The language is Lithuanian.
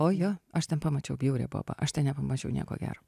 o jo aš ten pamačiau bjaurią bobą aš ten nepamačiau nieko gero